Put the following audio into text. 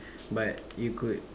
but you could